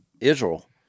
Israel